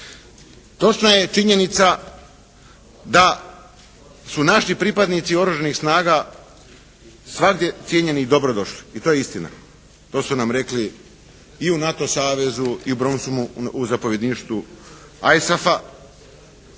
Točna je činjenica da su naši pripadnici oružanih snaga svagdje cijenjeni i dobro došli. I to je istina. To su nam rekli i u NATO savezu i u Bromsumu u zapovjedništvu ISAF-a